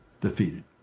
defeated